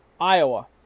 Iowa